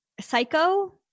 psycho